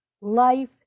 life